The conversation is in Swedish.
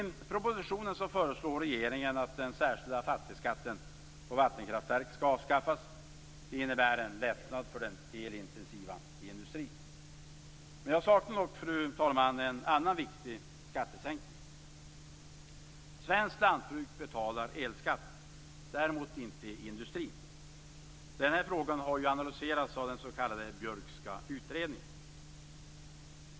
I propositionen föreslår regeringen att den särskilda fastighetsskatten på vattenkraftverk skall avskaffas. Det innebär en lättnad för den elintensiva industrin. Jag saknar dock, fru talman, en annan viktig skattesänkning. Svenskt lantbruk betalar elskatt, däremot inte industrin. Den här frågan har analyserats av den s.k. Björkska utredningen.